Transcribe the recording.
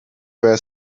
were